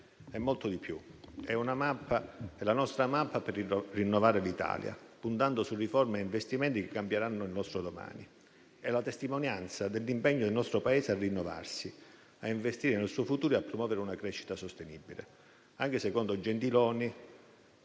è molto di più; è la nostra mappa per rinnovare l'Italia, puntando su riforme e investimenti che cambieranno il nostro domani, ed è la testimonianza dell'impegno del nostro Paese a rinnovarsi, a investire nel suo futuro e a promuovere una crescita sostenibile. Anche secondo Gentiloni,